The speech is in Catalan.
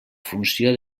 funció